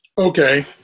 Okay